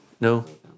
No